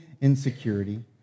insecurity